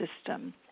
system